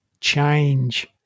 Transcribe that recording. change